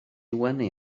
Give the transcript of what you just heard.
wenu